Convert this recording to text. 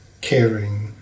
caring